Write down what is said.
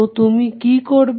তো তুমি কি করবে